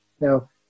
Now